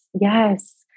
Yes